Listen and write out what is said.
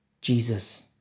Jesus